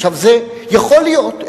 יכול להיות,